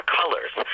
colors